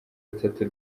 atatu